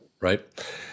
Right